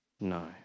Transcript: No